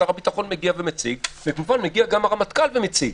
שר הביטחון מציג ומגיע גם הרמטכ"ל ומציג.